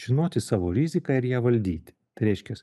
žinoti savo riziką ir ją valdyti tai reiškias